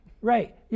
right